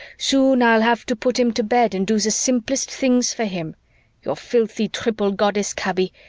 soon i'll have to put him to bed and do the simplest things for him your filthy triple goddess, kaby,